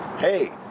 Hey